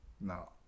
No